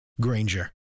Granger